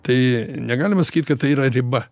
tai negalima sakyt kad tai yra riba